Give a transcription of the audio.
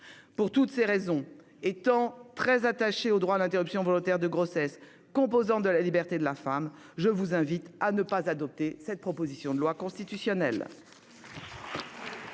Pour toutes ces raisons, étant très attachée au droit à l'interruption volontaire de grossesse, composante de la liberté de la femme, je vous invite à ne pas adopter cette proposition de loi constitutionnelle.